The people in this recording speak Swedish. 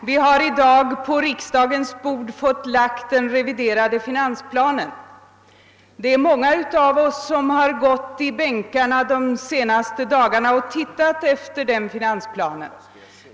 Herr talman! I dag har den reviderade finansplanen lagts på riksdagens bord. Många av oss har de senaste dagarna gått och letat i bänkarna efter den reviderade finansplanen.